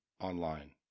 online